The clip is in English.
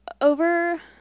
over